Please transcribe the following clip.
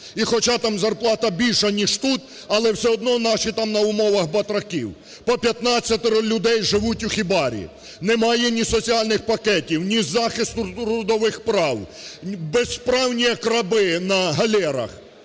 І хоча там зарплата більша ніж тут, але все одно наші там на умовах батраків. По 15 людей живуть у хібарі. Немає ні соціальних пакетів, ні захисту трудових прав, безправні, як раби на галерах.